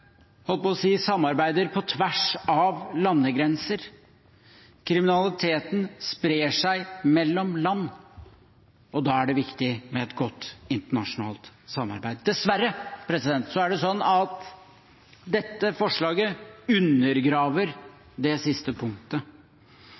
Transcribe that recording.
holdt på å si – samarbeider på tvers av landegrenser. Kriminaliteten sprer seg mellom land, og da er det viktig med et godt internasjonalt samarbeid. Dessverre er det sånn at dette forslaget undergraver